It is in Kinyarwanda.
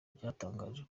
byatangaje